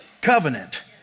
covenant